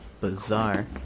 Bizarre